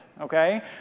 okay